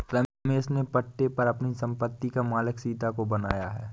रमेश ने पट्टे पर अपनी संपत्ति का मालिक सीता को बनाया है